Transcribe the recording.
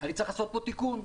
אני צריך לעשות פה תיקון.